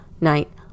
night